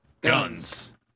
guns